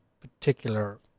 particular